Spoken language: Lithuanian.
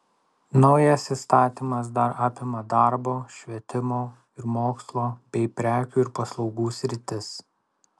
naujas įstatymas dar apima darbo švietimo ir mokslo bei prekių ir paslaugų sritis